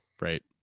right